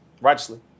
Righteously